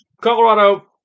Colorado